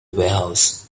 warehouse